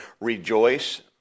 Rejoice